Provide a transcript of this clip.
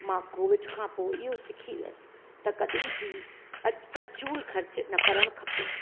मां कोविड खां पोइ इहो सिखी वियसि त कॾहिं बि फिज़ूल ख़र्चु न करणु खपे